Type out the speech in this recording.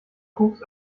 kuchs